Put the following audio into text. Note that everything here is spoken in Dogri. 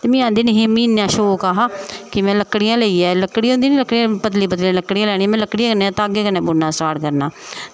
ते मीं आंदी निं ही ते मीं इ'न्ना शौक हा कि में लकड़ियां लेइयै लकड़ियां होंदियां नी लकड़ियां पतलियां पतलियां लकड़ियां लैनियां में लकड़ियें कन्नै धागें कन्नै बुनना स्टार्ट करना